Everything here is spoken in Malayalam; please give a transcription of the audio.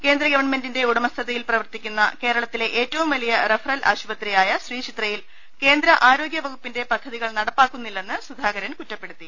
കേന്ദ്ര ഗവൺമെന്റിന്റെ ഉടമസ്ഥതയിൽ പ്രവർത്തിക്കുന്ന കേരളത്തിലെ ഏറ്റവും വലിയ റഫറൽ ആശുപത്രിയായ ശ്രീചിത്രയിൽ കേന്ദ്ര ആരോഗ്യ വകുപ്പിന്റെ പദ്ധതികൾ നടപ്പാക്കുന്നില്ലെന്ന് സുധാക രൻ കുറ്റപ്പെടുത്തി